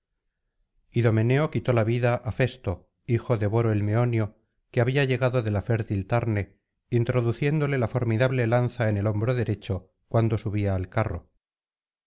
idomeneo quitó la vida á festo hijo de boro el meonio que había llegado de la fértil tarne introduciéndole la formidable lanza en el hombro derecho cuando subía al carro